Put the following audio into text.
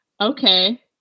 Okay